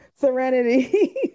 serenity